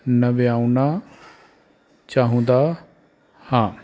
ਨਵਿਆਉਣਾ ਚਾਹੁੰਦਾ ਹਾਂ